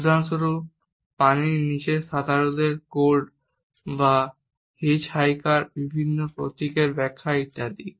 উদাহরণস্বরূপ জলের নিচের সাঁতারুদের কোড বা হিচহাইকারস বিভিন্ন প্রতীকের ব্যাখ্যা ইত্যাদি